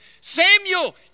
Samuel